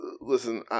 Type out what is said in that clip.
listen